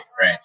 right